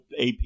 AP